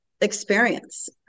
experience